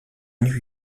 new